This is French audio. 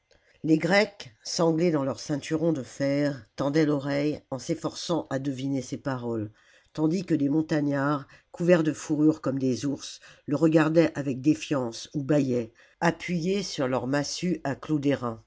les grecs sanglés dans leur ceinturon de fer tendaient l'oreille en s'efiforçant à deviner ses paroles tandis que des montagnards couverts de fourrures comme des ours le regardaient avec défiance ou bâillaient appuyés sur leur massue à